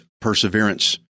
perseverance